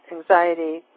anxiety